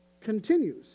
continues